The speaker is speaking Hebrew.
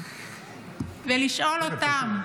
ולשאול אותך,